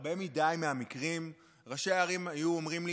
בהרבה מאוד מהמקרים ראשי ערים היו אומרים לי: